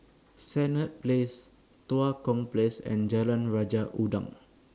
Senett Place Tua Kong Place and Jalan Raja Udang